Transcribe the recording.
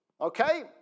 okay